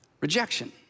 Rejection